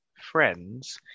friends